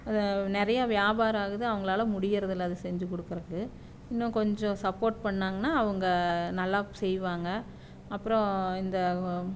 அதுவும் நிறையா வியாபாரம் ஆகுது அவங்களால முடியுறது இல்லை அதை செஞ்சு குடுக்குறதுக்கு இன்னும் கொஞ்சம் சப்போர்ட் பண்ணாங்கனா அவங்க நல்லா செய்வாங்க அப்புறம் இந்த